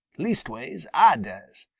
leastways, ah does.